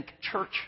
Church